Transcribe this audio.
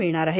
मिळणार आहे